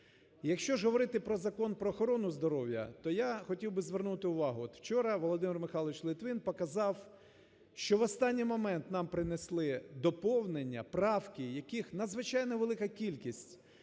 Якщо ж говорити про Закон про охорону здоров'я, то я хотів би звернути увагу. От, вчора Володимир Михайлович Литвин показав, що в останній момент нам принесли доповнення, правки, яких надзвичайно велика кількість.